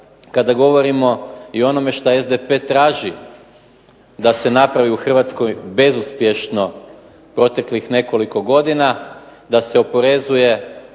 kada govorimo o onome što SDP traži da se napravi u Hrvatskoj bezuspješno proteklih nekoliko godina, da se oporezuje